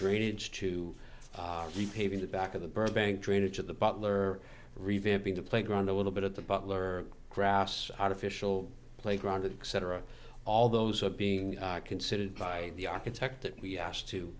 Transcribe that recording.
drainage to repave in the back of the burbank drainage of the butler revamping the playground a little bit of the butler grass artificial playground to cetera all those are being considered by the architect that we asked to